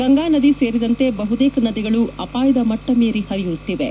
ಗಂಗಾ ನದಿ ಸೇರಿದಂತೆ ಬಹುತೇಕ ನದಿಗಳು ಅಪಾಯದ ಮಟ್ಟ ಮೀರಿ ಪರಿಯುತ್ತಿವೆ